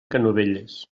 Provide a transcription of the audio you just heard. canovelles